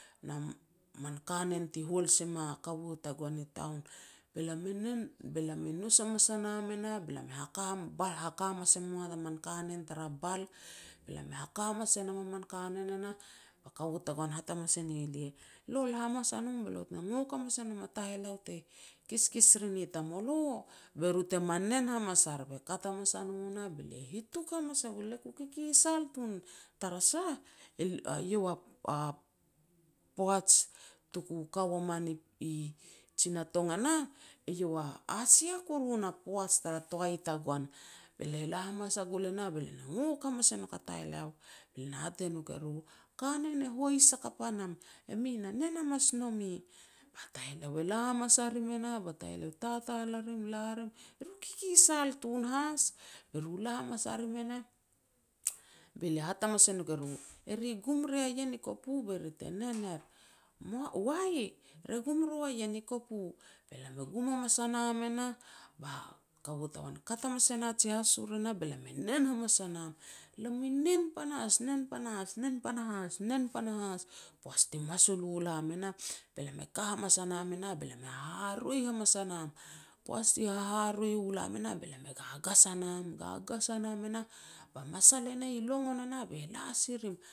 na man kanen te hol se ma kaua tagoan i taun. Be lam e nen be lam e nous hamas a nam e nah, be lam e haka hamas e moa kanen tara bal. Be lam e haka hamas e nam a min kanen e nah ba kaua tagoan e hat hamas e ne lia, "Lo la hamas a nom, be lo tena ngok e nom a taheleau te kiskis rin i tamulo be ru te ma nen hamanas ar." Kat hamas a no nah, be lia hituk hamas a gul, le ku kikisal tun tara sah, iau a poaj tuku ka ua man i tsina tong e nah, eiau a hasia kuru na poaj tara toai tagoan. Be lia la hamas a gul e nah be lia na ngok hamas e nouk a taheleau, be lia na hat e nouk e ru, "Kanen e hois hakap a nam, emi na nen hamas nomi." Ba taheleau e la hamas a rim e nah, ba taheleau e tatal a rim, la rim, e ru kikisal tun has, be ru la hamas sa rim e nah, be lia hat hamas e nouk e ru, "E ri e gum ria ien i kopu be ri te nen er." "Wai, re gum rua ien kopu." Be lam e gum hamas a nam e nah, ba kaua tagoan e kat hamas e na ji hasur e nah, be lam e nen hamas a nam. Lam i nen panahas, nen panahas, nen panahas, nen panahas. Poaj ti masul u lam e nah, be lam e ka hamas a nam e nah be lam e haharoi hamas a nam. Poaj ti haharoi u lam e nah, be lam e gagas a nam, gagas a nam e nah, ba masal e nah i longon e nah be la si rim